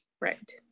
right